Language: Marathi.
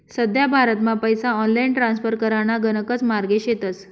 सध्या भारतमा पैसा ऑनलाईन ट्रान्स्फर कराना गणकच मार्गे शेतस